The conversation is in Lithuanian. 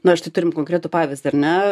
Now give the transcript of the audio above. na štai turim konkretų pavyzdį ar ne